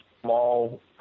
small